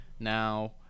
Now